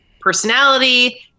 personality